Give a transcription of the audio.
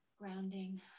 Grounding